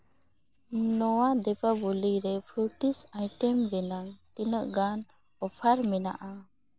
ᱱᱚᱣᱟ ᱫᱤᱯᱟᱵᱚᱞᱤ ᱨᱮ fruits item ᱵᱮᱱᱟᱣ ᱛᱤᱱᱟᱹᱜ ᱜᱟᱱ ᱚᱯᱷᱟᱨ ᱢᱮᱱᱟᱜᱼᱟ